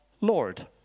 Lord